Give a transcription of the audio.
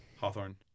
Hawthorne